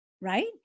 right